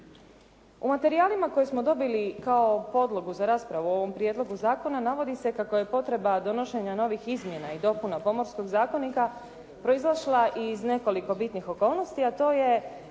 U materijalima koje smo dobili kao podlogu za raspravu o ovom prijedlogu zakona navodi se kako je potreba donošenja novih izmjena i dopuna Pomorskog zakonika proizašla iz nekoliko bitnih okolnosti, a to je